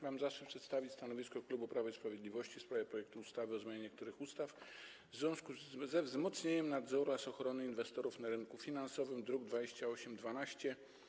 Mam zaszczyt przedstawić stanowisko klubu Prawa i Sprawiedliwości w sprawie projektu ustawy o zmianie niektórych ustaw w związku ze wzmocnieniem nadzoru oraz ochrony inwestorów na rynku finansowym, druk nr 2812.